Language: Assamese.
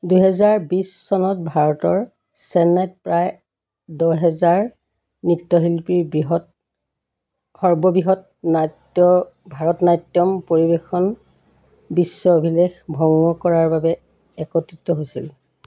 দুহেজাৰ বিছ চনত ভাৰতৰ চেন্নাইত প্ৰায় দহ হেজাৰ নৃত্যশিল্পী বৃহৎ সৰ্ববৃহৎ ভাৰতনাট্যম পৰিৱেশনৰ বিশ্ব অভিলেখ ভংগ কৰাৰ বাবে একত্ৰিত হৈছিল